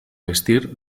vestir